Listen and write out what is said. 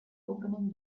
opening